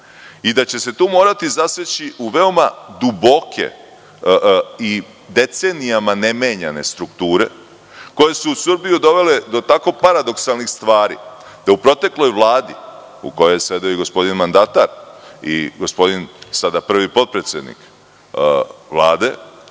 i da će se tu morati zaseći u veoma duboke i decenijama nemenjane strukture, koje su Srbiju dovele do tako paradoksalnih stvari, da u protekloj Vladi, u kojoj je sedeo gospodin mandatar i gospodin sada prvi potpredsednik,